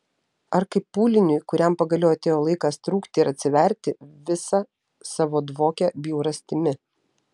ar kaip pūliniui kuriam pagaliau atėjo laikas trūkti ir atsiverti visa savo dvokia bjaurastimi